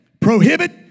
Prohibit